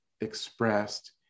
expressed